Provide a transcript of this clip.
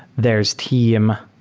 there is team,